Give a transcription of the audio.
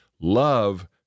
Love